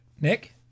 Nick